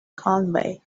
conway